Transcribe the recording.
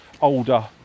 older